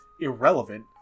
irrelevant